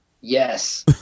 Yes